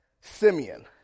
Simeon